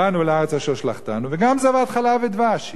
"באנו לארץ אשר שלחתנו וגם זבת חלב ודבש היא",